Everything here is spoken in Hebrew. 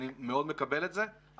לכן אני מתרחק מהשיח הזה של אנחנו והם.